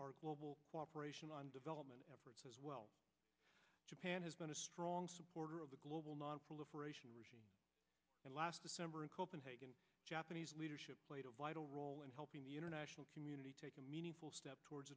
to global cooperation on development efforts as well japan has been a strong supporter of the global nonproliferation regime and last december in copenhagen japanese leadership played a vital role in helping the international community take a meaningful step towards